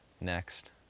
next